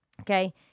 Okay